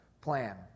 plan